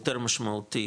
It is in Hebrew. יותר משמעותי,